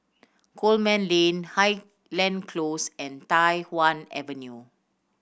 Coleman Lane Highland Close and Tai Hwan Avenue